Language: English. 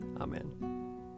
Amen